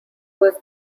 was